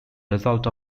result